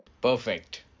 Perfect